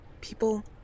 People